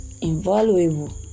invaluable